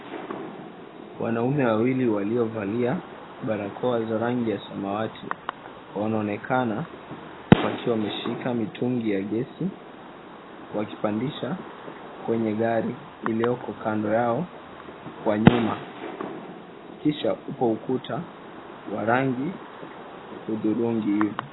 Wanaume wawili waliovalia barakoa za rangi ya samawati wanaonekana, wakishikilia mitungi ya gesi wakipadisha kwenye gari lilioko kando yao kwa nyuma kisha kwa ukuta rangi hudhurngi.